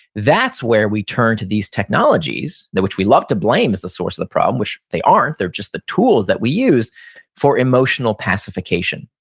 that's where we turn to these technologies, that which we love to blame as the source of the problem, which they aren't, they're just the tools that we use for emotional pacification.